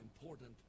important